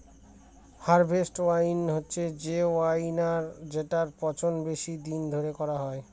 harvest wine হচ্ছে সে wine যেটার পচন বেশি দিন ধরে করা হয়